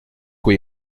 quoi